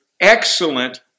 excellent